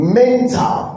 mental